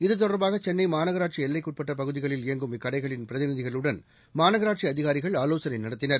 இதுதொடர்பாக சென்னை மாநகராட்சி எல்லைக்குட்பட்ட பகுதிகளில் இயங்கும் இக்கடைகளின் பிரதிநிதிகளுடன் மாநகராட்சி அதிகாரிகள் ஆலோசனை நடத்தினர்